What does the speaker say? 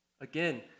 Again